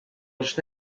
está